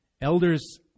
Elders